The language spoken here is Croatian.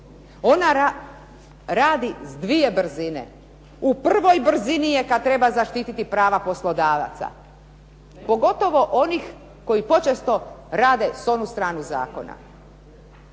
Ona radi s dvije brzine. U prvoj brzini je kad treba zaštititi prava poslodavaca, pogotovo onih koji počesto rade s onu stranu zakona.